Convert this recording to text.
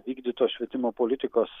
vykdytos švietimo politikos